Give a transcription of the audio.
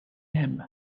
hemm